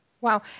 Wow